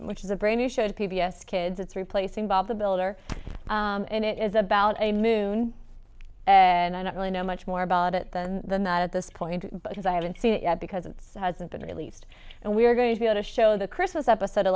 which is a brain you showed p b s kids it's replacing bob the builder and it is about a moon and i don't really know much more about it than the not at this point because i haven't seen it yet because it's hasn't been released and we're going to go to show the christmas episode of